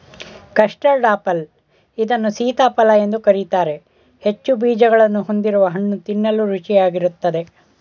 custard apple ಇದನ್ನು ಸೀತಾಫಲ ಎಂದು ಕರಿತಾರೆ ಹೆಚ್ಚು ಬೀಜಗಳನ್ನು ಹೊಂದಿರುವ ಹಣ್ಣು ತಿನ್ನಲು ರುಚಿಯಾಗಿರುತ್ತದೆ